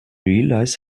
realize